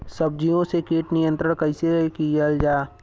सब्जियों से कीट नियंत्रण कइसे कियल जा?